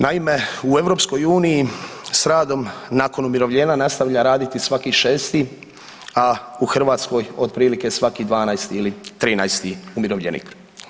Naime, u EU s radom nakon umirovljenja nastavlja raditi svaki šesti, a u Hrvatskoj otprilike svaki 12. ili 13. umirovljenik.